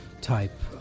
type